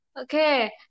Okay